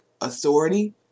authority